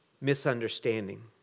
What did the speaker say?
Misunderstanding